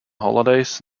holidays